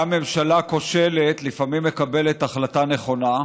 גם ממשלה כושלת לפעמים מקבלת החלטה נכונה,